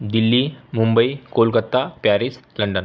Delhi Mumbai Kolkata Paris London